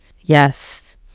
yes